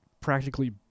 practically